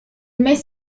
mes